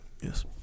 Yes